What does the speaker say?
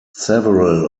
several